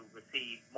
receive